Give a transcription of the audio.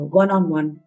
one-on-one